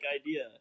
idea